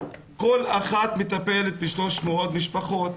כל אחת מטפלת ב-300 משפחות,